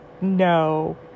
no